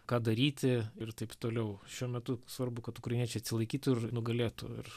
ką daryti ir taip toliau šiuo metu svarbu kad ukrainiečiai atsilaikytų ir nugalėtų ir